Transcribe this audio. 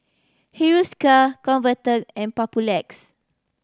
Hiruscar Convatec and Papulex